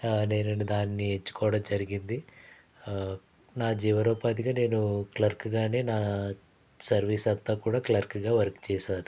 నేను దాన్ని ఎంచుకోవడం జరిగింది నా జీవనోపాధిగా నేను క్లర్కు గానే నా సర్వీస్ అంతా కూడ క్లర్కు గా వర్కు చేశాను